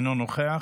אינו נוכח.